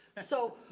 so,